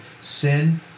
sin